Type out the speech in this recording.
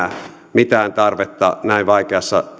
mitään tarvetta näin vaikeassa